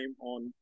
on